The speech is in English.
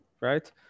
right